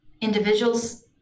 individuals